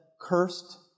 cursed